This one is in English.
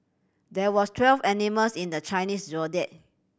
there were twelve animals in the Chinese Zodiac